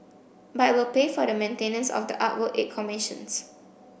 but it will pay for the maintenance of the artwork it commissions